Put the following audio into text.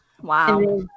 Wow